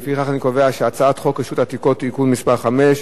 לפיכך אני קובע שהצעת חוק רשות העתיקות (תיקון מס' 5),